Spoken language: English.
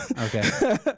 Okay